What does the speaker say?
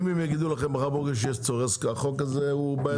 אם הם יגידו מחר בבוקר שיש צורך אז החוק הזה הוא בעייתי.